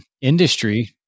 Industry